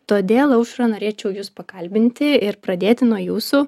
todėl aušra norėčiau jus pakalbinti ir pradėti nuo jūsų